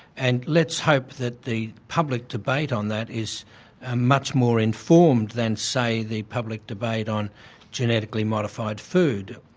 and let's hope that the public debate on that is ah much more informed than say the public debate on genetically modified food.